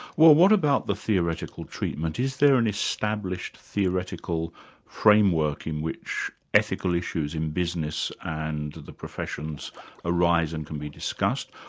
well what about the theoretical treatment. is there an established theoretical framework in which ethical issues in business and the professions arise and can be discussed?